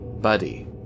Buddy